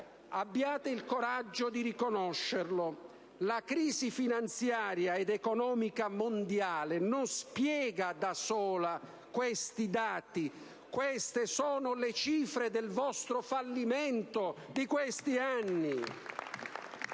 Abbiate il coraggio di riconoscere che la crisi finanziaria ed economica mondiale non spiega da sola questi dati; queste sono le cifre del vostro fallimento di questi anni!